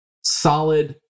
solid